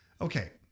Okay